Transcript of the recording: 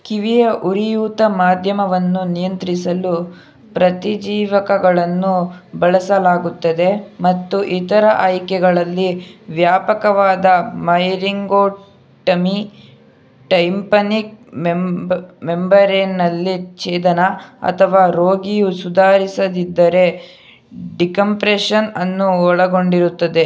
ಕಿವಿಯ ಉರಿಯೂತ ಮಾಧ್ಯಮವನ್ನು ನಿಯಂತ್ರಿಸಲು ಪ್ರತಿಜೀವಕಗಳನ್ನು ಬಳಸಲಾಗುತ್ತದೆ ಮತ್ತು ಇತರ ಆಯ್ಕೆಗಳಲ್ಲಿ ವ್ಯಾಪಕವಾದ ಮೈಲಿಂಗೋಟಮಿ ಟೈಂಪನಿಕ್ ಮೆಂಬ ಮೆಂಬರೇನಲ್ಲಿ ಛೇದನ ಅಥವಾ ರೋಗಿಯು ಸುಧಾರಿಸದಿದ್ದರೆ ಡಿಕಂಪ್ರೆಷನನ್ನು ಒಳಗೊಂಡಿರುತ್ತದೆ